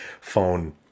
phone